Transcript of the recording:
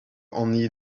only